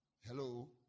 Hello